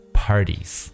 parties